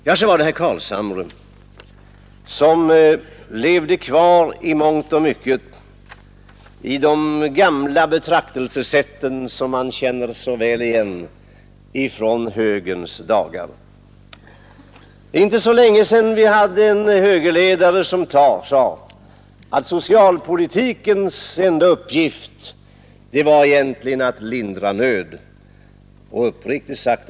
Och så var det herr Carlshamre, som lever kvar i mångt och mycket i de gamla betraktelsesätt som man så väl känner igen från högerns dagar. Det är inte så länge sedan vi hade en högerledare som sade att socialpolitikens enda uppgift egentligen var att lindra nöden.